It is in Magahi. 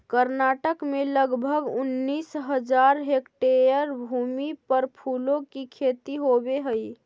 कर्नाटक में लगभग उनीस हज़ार हेक्टेयर भूमि पर फूलों की खेती होवे हई